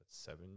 seven